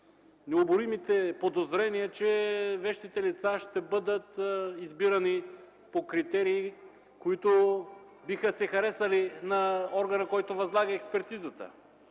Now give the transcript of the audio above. необоримите подозрения, че вещите лица ще бъдат избирани по критерии, които биха се харесали на органа, който възлага експертизата,